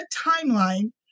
timeline